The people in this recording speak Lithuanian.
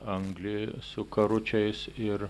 anglį su karučiais ir